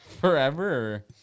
forever